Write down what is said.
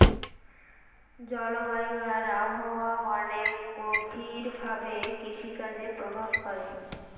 জলবায়ু আর আবহাওয়া অনেক গভীর ভাবে কৃষিকাজে প্রভাব করে